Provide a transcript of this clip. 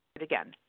Again